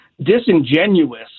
disingenuous